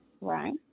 right